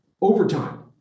Overtime